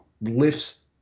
lifts